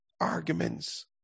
Arguments